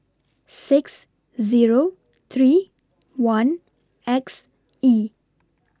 six Zero three one X E